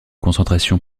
concentration